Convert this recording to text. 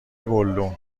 گلدون